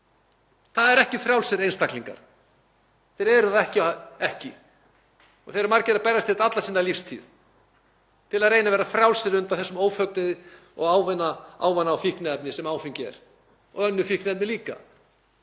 Það eru ekki frjálsir einstaklingar, þeir eru það ekki. Þeir eru margir að berjast við þetta alla sína lífstíð til að reyna að vera frjálsir undan þessum ófögnuði, því ávana- og fíkniefni sem áfengi er og önnur fíkniefni líka.